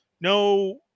no